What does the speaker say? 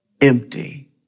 empty